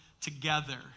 together